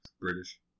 British